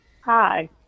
Hi